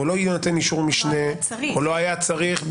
או לא היה צריך,